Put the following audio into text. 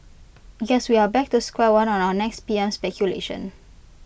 guess we are back to square one on our next P M speculation